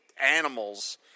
animals